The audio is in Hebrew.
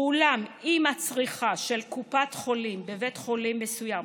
ואולם, אם הצריכה של קופת חולים בבית חולים מסוים